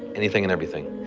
anything and everything.